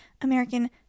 American